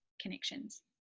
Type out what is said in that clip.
connections